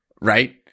Right